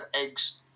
eggs